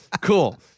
cool